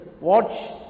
watch